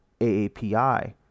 AAPI